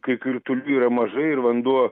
kai kritulių yra mažai ir vanduo